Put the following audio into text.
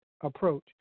approach